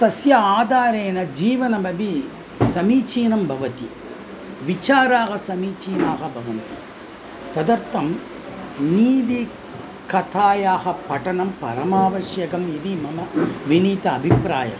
तस्य आधारेण जीवनमपि समीचीनं भवति विचाराः समीचीनाः भवन्ति तदर्थं नीतिकथायाः पठनं परमावश्यकम् इति मम विनीत अभिप्रायः